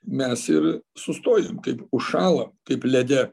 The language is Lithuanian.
mes ir sustojam kaip užšąlam kaip lede